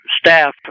staff